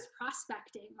prospecting